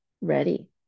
ready